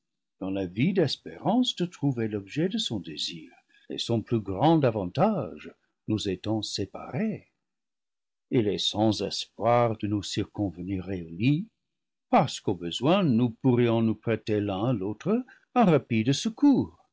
dans l'avide espérance de trouver l'objet de son désir et son plus grand avantage nous étant séparés il est sans espoir de nous circonvenir réunis parce qu'au besoin nous pour rions nous prêter l'un à l'autre un rapide secours